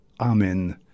Amen